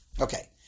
Okay